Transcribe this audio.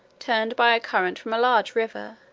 turned by a current from a large river,